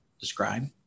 describe